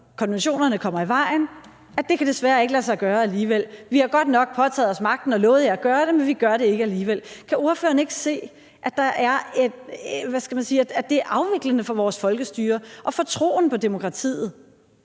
og konventionerne kommer i vejen, at det desværre ikke kan lade sig gøre alligevel. Vi har godt nok påtaget os magten og lovet jer at gøre det, men vi gør det ikke alligevel. Kan ordføreren ikke se, at det er, hvad skal man sige, afviklende for vores folkestyre og for troen på demokratiet?